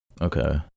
Okay